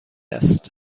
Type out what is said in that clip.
است